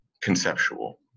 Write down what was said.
conceptual